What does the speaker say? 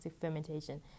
fermentation